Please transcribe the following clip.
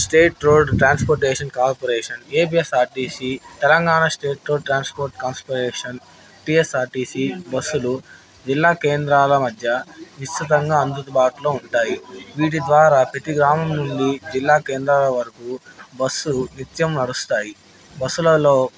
state road transportation corporation APSRTC Telangana state road transportation corporation TSRTC బస్సులు జిల్లా కేంద్రాల మధ్య నిశ్చ్చితంగా అందుతోబాటులో ఉంటాయి వీటి ద్వారా ప్రతి గ్రామం నుండి జిల్లా కేంద్రాల వరకు బస్సు నిత్యం నడుస్తాయి బస్సులలో